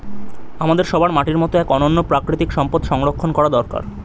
আমাদের সবার মাটির মতো এক অনন্য প্রাকৃতিক সম্পদ সংরক্ষণ করা দরকার